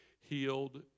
healed